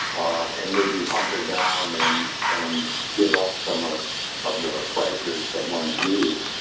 ah and maybe hanker down and and give up some of of the pleasures of one's youth,